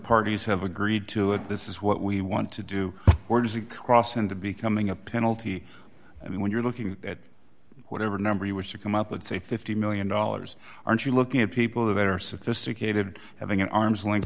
parties have agreed to it this is what we want to do or does it cross into becoming a penalty i mean when you're looking at whatever number you wish to come up with say fifty million dollars aren't you looking at people that are sophisticated having an arm's length